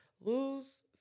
Lose